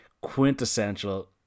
quintessential